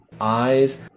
eyes